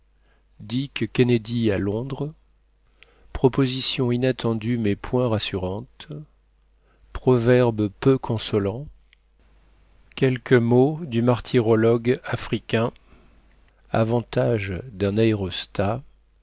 dick kennedy à londres proposition inattendue mais point rassurante proverbe peu consolant quelques mots du martyrologe africain avantages d'un aérostat